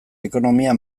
ekonomia